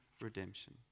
redemption